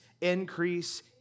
increase